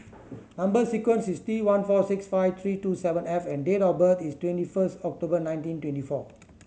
number sequence is T one four six five three two seven F and date of birth is twenty first October nineteen twenty four